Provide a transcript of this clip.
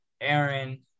Aaron